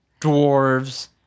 dwarves